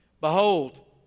Behold